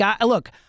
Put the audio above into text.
look